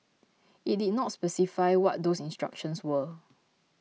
it did not specify what those instructions were